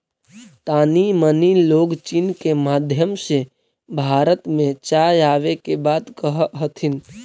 तानी मनी लोग चीन के माध्यम से भारत में चाय आबे के बात कह हथिन